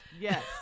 Yes